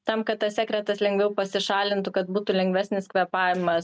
tam kad tas sekretas lengviau pasišalintų kad būtų lengvesnis kvėpavimas